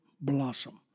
blossom